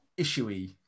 issuey